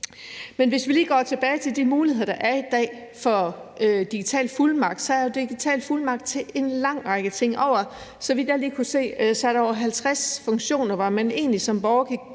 Men hvis vi lige går tilbage til de muligheder, der er i dag for digital fuldmagt, er der digital fuldmagt til en lang række ting. Så vidt jeg lige kan se, er der over 50 funktioner, som man egentlig som borger